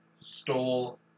stole